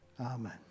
Amen